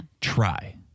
Try